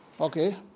okay